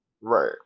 right